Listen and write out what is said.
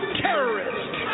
terrorist